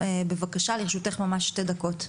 בבקשה לרשותך ממש שתי דקות.